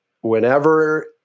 Whenever